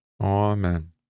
Amen